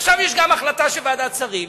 עכשיו יש גם החלטה של ועדת שרים,